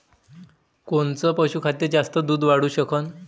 कोनचं पशुखाद्य जास्त दुध वाढवू शकन?